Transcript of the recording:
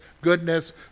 goodness